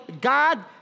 God